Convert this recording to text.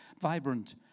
vibrant